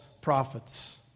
prophets